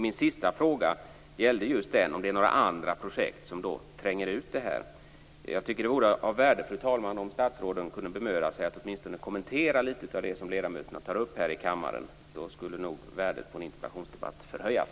Min sista fråga gäller alltså just detta: Finns det några andra projekt som tränger ut Västkustbanan? Fru talman! Jag tycker att det vore av värde om statsråden åtminstone kunde bemöda sig om att kommentera litet av det som ledamöterna tar upp här i kammaren. Då skulle nog värdet på interpellationsdebatterna förhöjas.